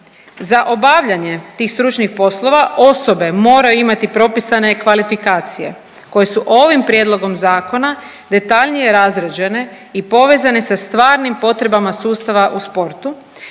Za obavljanje tih stručnih poslova osobe moraju imati propisane kvalifikacije koje su ovim prijedlogom zakona detaljnije razrađene i povezane sa stvarnim potrebama sustava u sportu